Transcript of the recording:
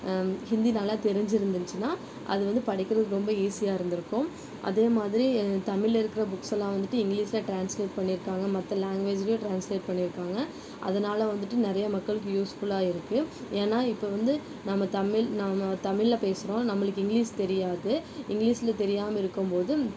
ஹிந்தி நல்லா தெரிஞ்சிருந்துச்சினால் அது வந்து படிக்கிறதுக்கு ரொம்ப ஈசியாக இருந்திருக்கும் அதேமாதிரி தமிழ்ல இருக்கிற புக்ஸ் எல்லாம் வந்துட்டு இங்கிலீஷ்ல ட்ரான்ஸ்லேட் பண்ணிருக்காங்கள் மற்ற லேங்குவேஜ்லையும் ட்ரான்ஸ்லேட் பண்ணிருக்காங்கள் அதனால் வந்துட்டு நிறைய மக்களுக்கு யூஸ்ஃபுல்லாக இருக்குது ஏன்னா இப்போ வந்து நாம தமிழ் நாம் தமிழ்ல பேசுகிறோம் நம்மளுக்கு இங்கிலீஷ் தெரியாது இங்கிலீஷ்ல தெரியாமல் இருக்கும் போது